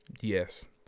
Yes